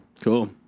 Cool